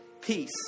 peace